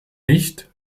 nicht